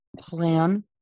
plan